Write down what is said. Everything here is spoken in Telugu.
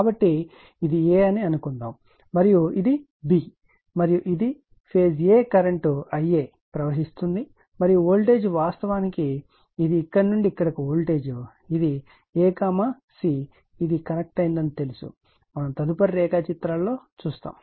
కాబట్టి ఇది a అని అనుకుందాం మరియు ఇది b మరియు ఇది ఫేజ్ a కరెంట్ Ia ప్రవహిస్తుంది మరియు వోల్టేజ్ వాస్తవానికి ఇది ఇక్కడ నుండి ఇక్కడకు వోల్టేజ్ ఇది a c ఇది కనెక్ట్ అయిందని తెలుసు మనం తదుపరి రేఖాచిత్రాలలో చూస్తాము